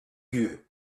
you